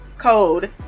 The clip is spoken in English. code